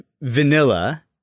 vanilla